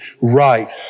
right